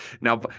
Now